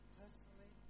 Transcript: personally